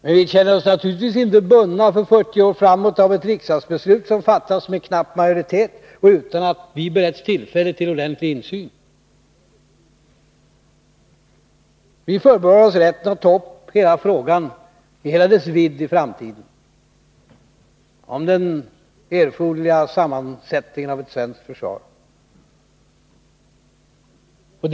Men vi känner oss naturligtvis inte bundna för 40 år framåt av ett riksdagsbeslut som fattas med knapp majoritet och utan att vi beretts tillfälle till ordentlig insyn. Vi förbehåller oss rätten att i framtiden ta upp frågan om den erforderliga sammansättningen av ett svenskt försvar i hela dess vidd.